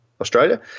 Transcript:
australia